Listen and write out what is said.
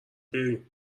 بریم